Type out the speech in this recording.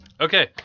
Okay